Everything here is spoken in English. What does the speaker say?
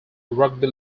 rugby